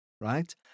right